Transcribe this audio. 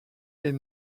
est